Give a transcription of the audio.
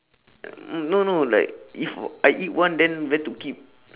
no no like if I eat one then where to keep